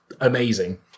amazing